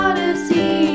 Odyssey